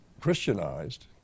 Christianized